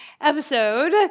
episode